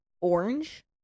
orange